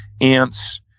ants